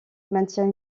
maintient